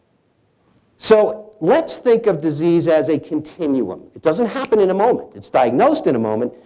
so let's think of disease as a continuum. it doesn't happen in a moment. it's diagnosed in a moment,